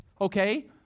okay